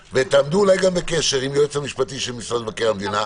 תעמדו אולי גם בקשר עם היועץ המשפטי של משרד מבקר המדינה,